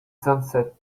sunset